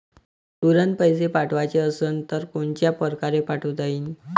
तुरंत पैसे पाठवाचे असन तर कोनच्या परकारे पाठोता येईन?